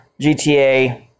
GTA